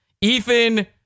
Ethan